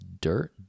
Dirt